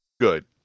Good